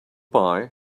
bye